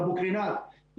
באבו קרינאת,